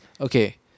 okay